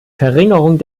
verringerung